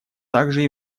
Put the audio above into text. также